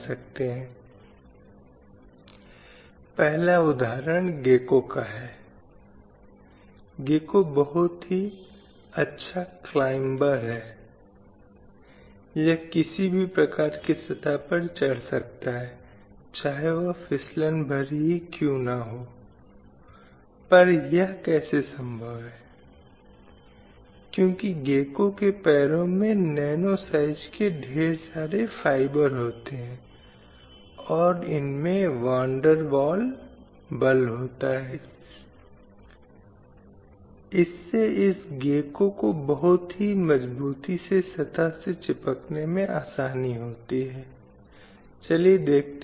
कुछ हद तक यह स्थिति अंग्रेजों के आने के साथ बदल गई और नए रूपों में समानता स्वतंत्रता की अवधारणा निर्धारित होने लगी या समाज में फैल गई और कई ब्रिटिश कानूनों ने समाज में व्याप्त विभिन्न प्रकार की बुराइयों को खत्म करने की कोशिश की और परिवर्तन का आधार शुरू किया गया था एक बार जब भारत स्वतंत्र हो गया तो वह स्थिति कहीं अलग थी